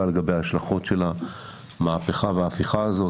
לגבי ההשלכות של המהפכה וההפיכה הזאת.